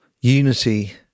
unity